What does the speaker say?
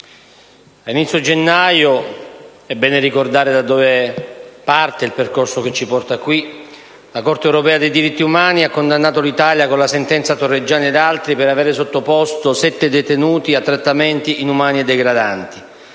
a inizio gennaio - è bene ricordare da dove parte il percorso che ci porta qui - la Corte europea dei diritti dell'uomo ha condannato l'Italia, con la sentenza Torreggiani ed altri, per avere sottoposto 7 detenuti a trattamenti inumani e degradanti,